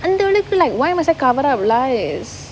why must I cover up lies